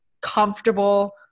comfortable